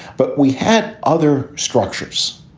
but we had other structures,